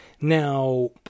Now